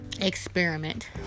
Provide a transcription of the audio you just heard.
Experiment